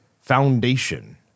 Foundation